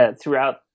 throughout